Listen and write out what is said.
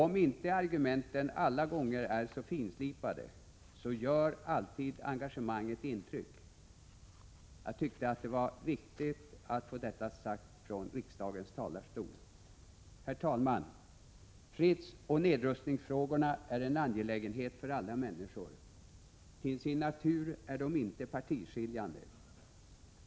Om argumenten inte alla gånger är så finslipade så gör engagemanget alltid intryck. Jag tyckte att det var viktigt att få detta sagt från riksdagens talarstol. Herr talman! Fredsoch nedrustningsfrågorna är en angelägenhet för alla människor. Till sin natur är de inte partiskiljande.